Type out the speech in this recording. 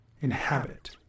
inhabit